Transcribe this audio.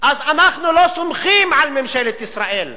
אז אנחנו לא סומכים על ממשלת ישראל,